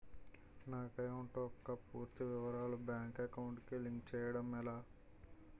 నా అకౌంట్ యెక్క పూర్తి వివరాలు బ్యాంక్ అకౌంట్ కి లింక్ చేయడం ఎలా?